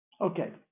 Okay